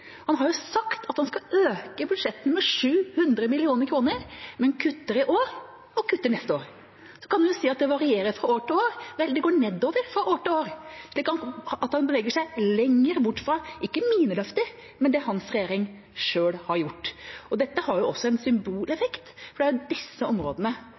Han har jo sagt at han skal øke budsjettene med 700 mill. kr, men kutter i år og kutter til neste år. Så kan man si at det varierer fra år til år – vel, det går nedover fra år til år, det beveger seg lenger og lenger bort ikke fra mine løfter, men fra det hans regjering selv har sagt. Det har også en symboleffekt, for det er jo disse områdene